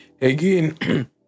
Again